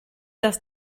dass